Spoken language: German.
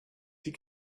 wie